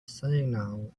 signal